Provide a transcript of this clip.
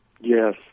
Yes